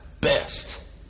best